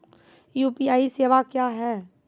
UPI सेवा क्या हैं?